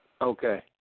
Okay